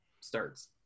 starts